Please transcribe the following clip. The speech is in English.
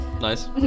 Nice